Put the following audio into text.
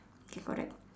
okay correct